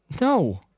No